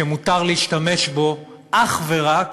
שמותר להשתמש בו אך ורק